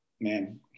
Man